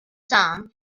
song